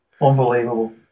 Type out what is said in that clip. unbelievable